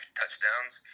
touchdowns